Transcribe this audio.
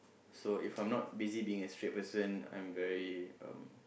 so if I'm not busy being a straight person I'm very um